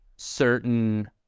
certain